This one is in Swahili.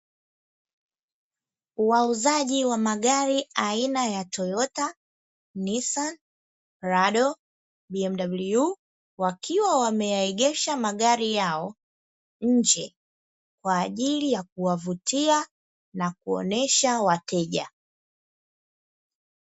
Wauzaji wa magari aina ya Toyota, Nisan, Prado, BMW, wakiwa wameyaegesha magari yao nje, kwa ajili ya kuwavutia na kuonesha wateja.